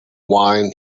wine